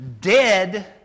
dead